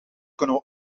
kunnen